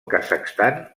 kazakhstan